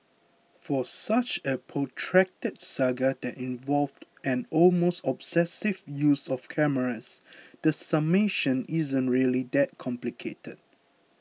for such a protracted saga that involved an almost obsessive use of cameras the summation isn't really that complicated